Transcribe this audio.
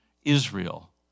Israel